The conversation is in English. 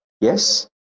Yes